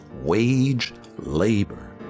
wage-labor